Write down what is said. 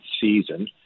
season